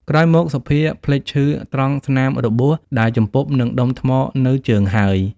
ក្រោយមក សុភាភ្លេចឈឺត្រង់ស្នាមរបួសដែលជំពប់នឹងដុំថ្មនៅជើងហើយ ។